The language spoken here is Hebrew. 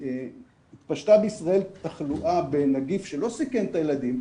פשטה בישראל תחלואה בנגיף שלא סיכן את הילדים,